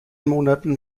monaten